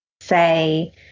Say